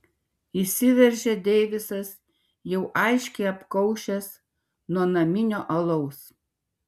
įsiveržia deivisas jau aiškiai apkaušęs nuo naminio alaus